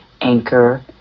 Anchor